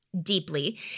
deeply